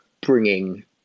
bringing